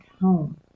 home